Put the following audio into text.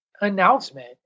announcement